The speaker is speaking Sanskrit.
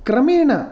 क्रमेण